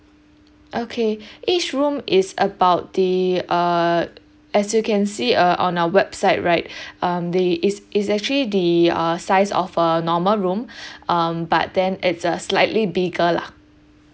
okay each room is about the uh as you can see err on our website right um the it's it's actually the uh size of a normal room um but then it's uh slightly bigger lah